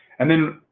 and then,